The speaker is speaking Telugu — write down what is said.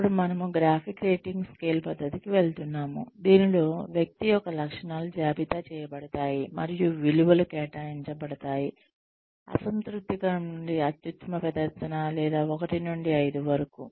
ఇప్పుడు మనము గ్రాఫిక్ రేటింగ్ స్కేల్ పద్ధతికి వెళ్తున్నాము దీనిలో వ్యక్తి యొక్క లక్షణాలు జాబితా చేయబడతాయి మరియు విలువలు కేటాయించబడతాయి అసంతృప్తికరం నుండి అత్యుత్తమ ప్రదర్శన లేదా 1 నుండి 5 వరకు